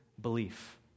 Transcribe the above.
belief